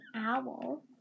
owl